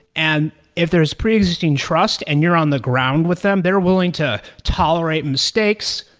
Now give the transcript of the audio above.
and if there is pre-existing trust and you're on the ground with them, they're willing to tolerate mistakes,